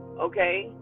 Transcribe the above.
okay